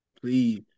Please